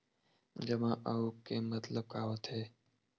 जमा आऊ के मतलब का होथे?